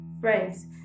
friends